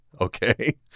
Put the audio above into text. Okay